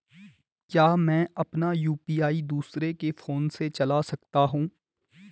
क्या मैं अपना यु.पी.आई दूसरे के फोन से चला सकता हूँ?